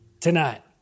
tonight